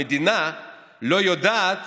המדינה לא יודעת